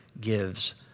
gives